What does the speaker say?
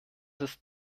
ist